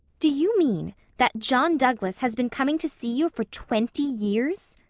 do you mean that john douglas has been coming to see you for twenty years?